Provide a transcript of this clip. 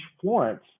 Florence